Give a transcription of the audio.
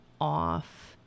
off